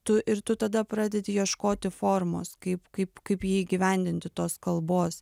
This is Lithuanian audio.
tu ir tu tada pradedi ieškoti formos kaip kaip kaip jį įgyvendinti tos kalbos